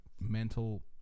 mental